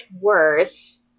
worse